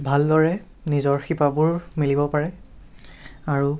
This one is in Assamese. ভালদৰে নিজৰ শিপাবোৰ মেলিব পাৰে আৰু